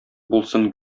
булсын